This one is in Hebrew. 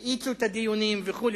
האיצו את הדיונים וכו',